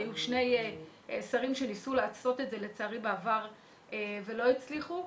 היו שני שרים שניסו לעשות את זה בעבר ולא הצליחו.